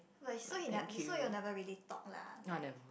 wait so he ne~ so you all never really talk lah like